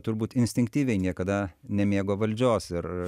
turbūt instinktyviai niekada nemėgo valdžios ir